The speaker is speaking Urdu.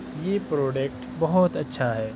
یہ پروڈیکٹ بہت اچھا ہے